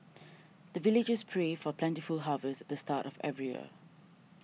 the villagers pray for plentiful harvest at the start of every year